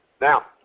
Now